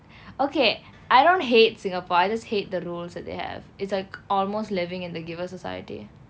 okay I don't hate singapore I just hate the rules that they have it's like almost living in the giver society